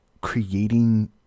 creating